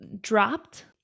dropped